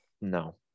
No